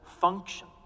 function